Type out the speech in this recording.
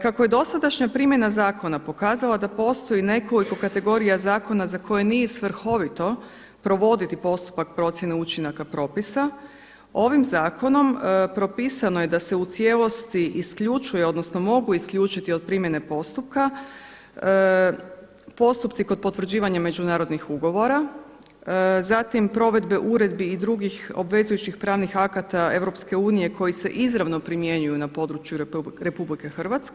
Kako je dosadašnja primjena zakona pokazala da postoji nekoliko kategorija zakona za koje nije svrhovito provoditi postupak procjene učinaka propisa ovim zakonom propisano je da se u cijelosti isključuje, odnosno mogu isključiti od primjene postupka postupci kod potvrđivanja međunarodnih ugovora, zatim provedbe uredbi i drugih obvezujućih pravnih akata EU koji se izravno primjenjuju na području RH.